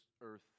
earth